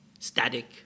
Static